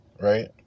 Right